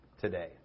today